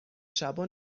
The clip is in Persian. شبها